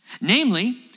namely